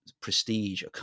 prestige